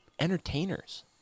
entertainers